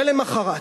ולמחרת,